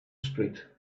street